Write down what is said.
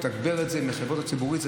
בתחבורה הציבורית.